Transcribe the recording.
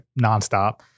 nonstop